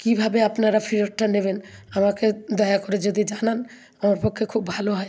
কীভাবে আপনারা ফেরতটা নেবেন আমাকে দয়া করে যদি জানান আমার পক্ষে খুব ভালো হয়